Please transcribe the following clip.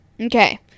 Okay